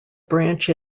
branch